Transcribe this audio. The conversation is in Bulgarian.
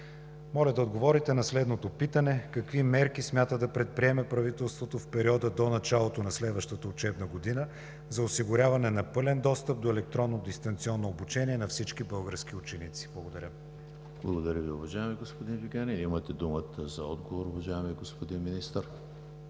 Моля да отговорите на следното питане: какви мерки смята да предприеме правителството в периода до началото на следващата учебна година за осигуряване на пълен достъп до електронно дистанционно обучение на всички български ученици? Благодаря. ПРЕДСЕДАТЕЛ ЕМИЛ ХРИСТОВ: Благодаря Ви, уважаеми господин Вигенин. Имате думата за отговор, уважаеми господин Министър.